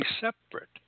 separate